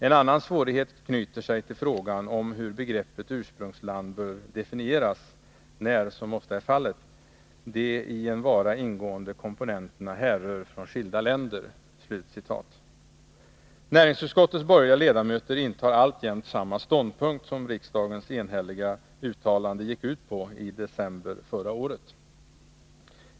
En annan svårighet knyter sig till frågan om hur begreppet ursprungsland bör definieras när — som ofta är fallet — de i en vara ingående komponenterna härrör från skilda länder.” Näringsutskottets borgerliga ledamöter intar alltjämt samma ståndpunkt som riksdagens enhälliga uttalande gick ut på i december förra året.